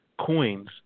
coins